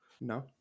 No